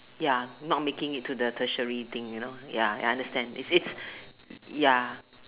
ya not making it to the Tertiary thing you know ya ya I understand is it ya